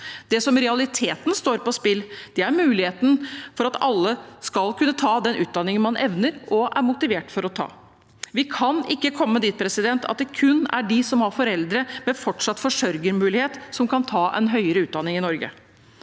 Det som i realiteten står på spill, er muligheten for alle til å kunne ta den utdanningen man evner og er motivert til å ta. Vi kan ikke komme dit hvor det kun er dem som har foreldre med fortsatt forsørgermulighet, som kan ta en høyere utdanning i Norge.